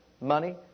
money